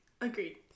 Agreed